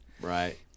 Right